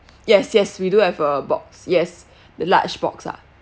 yes yes we do have a box yes the large box ah